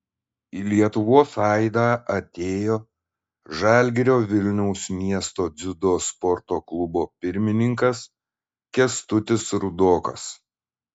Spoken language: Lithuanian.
į lietuvos aidą atėjo žalgirio vilniaus miesto dziudo sporto klubo pirmininkas kęstutis rudokas